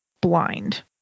blind